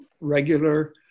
regular